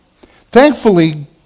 Thankfully